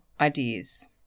Ideas